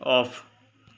off